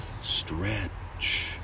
Stretch